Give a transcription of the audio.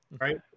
Right